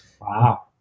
Wow